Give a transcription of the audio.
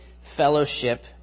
fellowship